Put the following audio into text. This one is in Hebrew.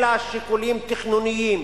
אלא רק שיקולים תכנוניים,